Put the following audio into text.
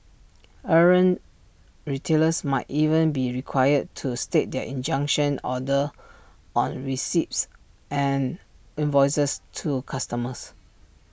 errant retailers might even be required to state their injunction order on receipts and invoices to customers